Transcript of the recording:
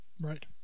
right